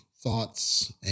thoughts